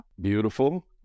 Beautiful